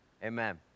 Amen